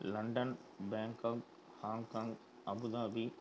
London Bangkok Hong Kong Abu Dhabi